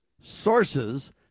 sources